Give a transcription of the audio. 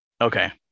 Okay